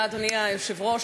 אדוני היושב-ראש,